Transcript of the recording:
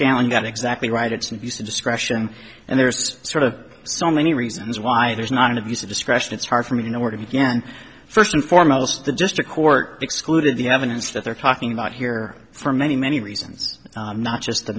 can get exactly right it's an abuse of discretion and there's sort of so many reasons why there's not an abuse of discretion it's hard for me to know where to begin first and foremost the district court excluded the evidence that they're talking about here for many many reasons not just